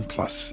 Plus